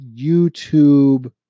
YouTube